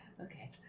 Okay